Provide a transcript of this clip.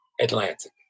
Atlantic